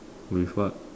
with what